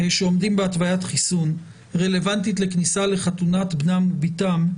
שעומדים בהתוויית חיסון רלוונטית לכניסה לחתונת בנם או בתם,